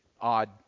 odd